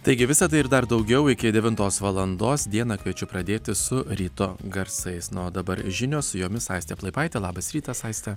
taigi visa tai ir dar daugiau iki devintos valandos dieną kviečiu pradėti su ryto garsais na o dabar žinios su jomis aistė plaipaitė labas rytas aiste